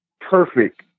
perfect